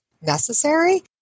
necessary